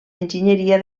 enginyeria